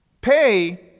pay